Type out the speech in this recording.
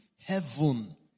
Heaven